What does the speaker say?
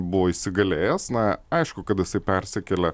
buvo įsigalėjęs na aišku kad jisai persikelia